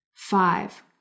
Five